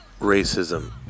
racism